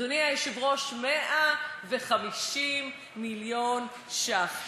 אדוני היושב-ראש, 150 מיליון ש"ח.